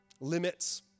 limits